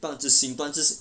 段自行段自行